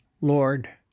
Lord